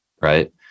right